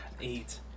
Eight